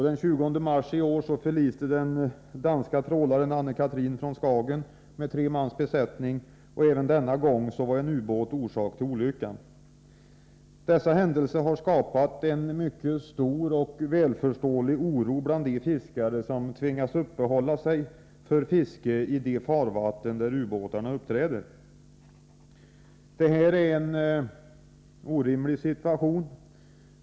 Den 20 mars i år förliste den danska trålaren Anne Kathrine från Skagen, med tre mans besättning. Även denna gång var en ubåt orsak till olyckan. Dessa händelser har skapat mycket stor och välförståelig oro bland de fiskare som tvingas uppehålla sig för fiske i de farvatten där ubåtarna uppträder. Detta är en orimlig situation.